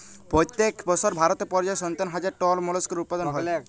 পইত্তেক বসর ভারতে পর্যায়ে সাত্তান্ন হাজার টল মোলাস্কাস উৎপাদল হ্যয়